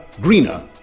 greener